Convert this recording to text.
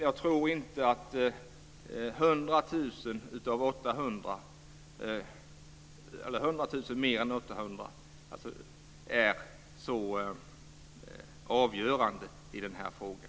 Jag tror inte att en ökning med 100 000 hektar är så avgörande i den här frågan.